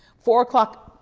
four o'clock,